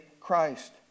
Christ